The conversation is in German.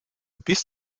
bis